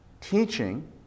teaching